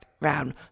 round